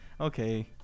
Okay